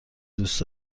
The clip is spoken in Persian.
دوست